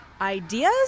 ideas